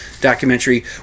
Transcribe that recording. documentary